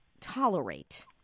tolerate